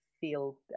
feel